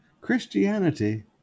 Christianity